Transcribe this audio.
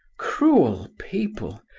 cruel people!